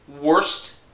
worst